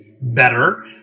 better